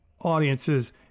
audiences